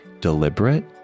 deliberate